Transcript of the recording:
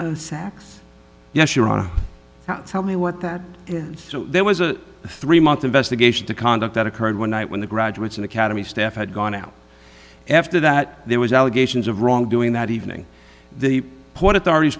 sax yes you're on to tell me what that is so there was a three month investigation to conduct that occurred one night when the graduates and academy staff had gone out after that there was allegations of wrongdoing that evening the port authority